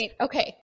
okay